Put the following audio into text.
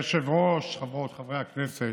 אדוני היושב-ראש, חברות וחברי הכנסת,